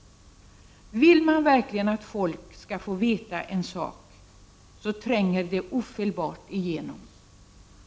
Vill man verkligen att människor skall veta en sak, så tränger den informationen ofelbart igenom.